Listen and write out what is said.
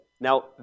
Now